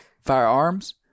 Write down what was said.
firearms